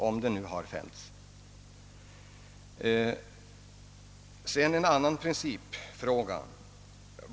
Jag vill ta upp också en annan principfråga.